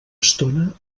estona